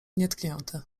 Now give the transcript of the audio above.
nietknięty